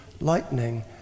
lightning